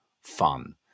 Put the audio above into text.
fun